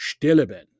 Stilleben